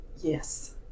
yes